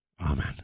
Amen